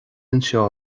anseo